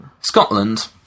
scotland